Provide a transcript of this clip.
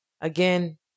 again